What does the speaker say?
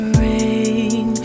rain